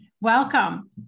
Welcome